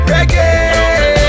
Reggae